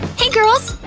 hey girls!